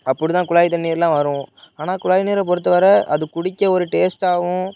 அப்படிதான் குழாய் தண்ணீர்லாம் வரும் ஆனால் குழாய் நீரை பொறுத்த வரை அது குடிக்க ஒரு டேஸ்ட்டாகவும்